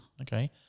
Okay